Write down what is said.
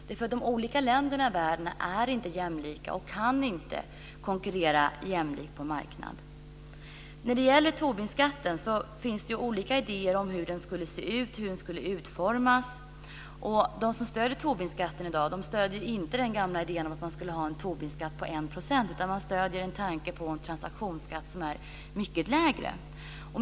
De olika länderna i världen är nämligen inte jämlika, och de kan inte konkurrera jämlikt på en marknad. Det finns olika idéer om hur Tobinskatten skulle kunna se ut och utformas. De som stöder Tobinskatten i dag stöder inte den gamla idén om en skatt på 1 %, utan man stöder en tanke på en transaktionsskatt som är mycket lägre.